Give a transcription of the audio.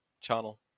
channel